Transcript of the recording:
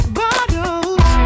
bottles